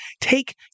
take